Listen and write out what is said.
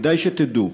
כדאי שתדעו,